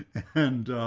and,